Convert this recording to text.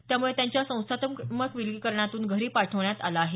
त्यामुळे त्यांना संस्थात्मक विलगीकरणातून घरी पाठवण्यात आल आहे